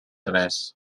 res